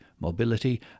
mobility